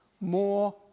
more